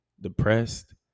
depressed